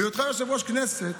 בהיותך יושב-ראש כנסת,